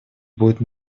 будет